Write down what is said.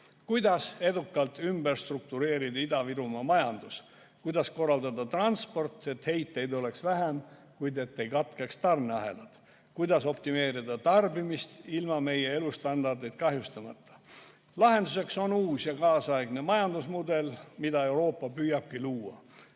Kuidas edukalt ümber struktureerida Ida-Virumaa majandus? Kuidas korraldada transporti, et heidet oleks vähem, kuid ei katkeks tarneahelad? Kuidas optimeerida tarbimist ilma meie elustandardit kahjustamata? Lahenduseks on uus, nüüdisaegne majandusmudel, mida Euroopa püüabki luua.